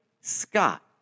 Scott